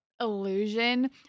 illusion